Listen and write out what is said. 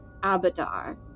Abadar